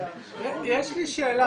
יש לי שאלה,